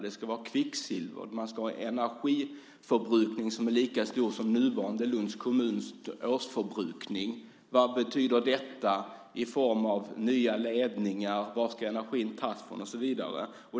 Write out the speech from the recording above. Det ska vara kvicksilver. Man ska ha en energiförbrukning som är lika stor som Lunds kommuns nuvarande årsförbrukning. Vad betyder detta i form av nya ledningar? Var ska energin tas från och så vidare?